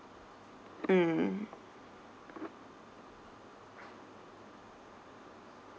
mm